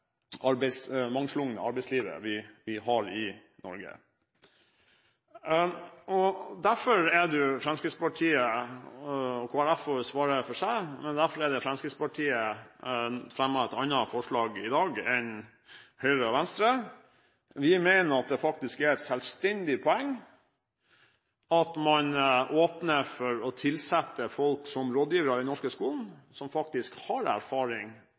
mangslungne arbeidslivet vi har i Norge. Derfor har Fremskrittspartiet – Kristelig Folkeparti må svare for seg – fremmet et annet forslag i dag enn Høyre og Venstre. Vi mener at det er et selvstendig poeng at man åpner for å tilsette folk som rådgivere i den norske skolen som faktisk har erfaring